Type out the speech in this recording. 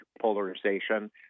polarization